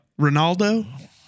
Ronaldo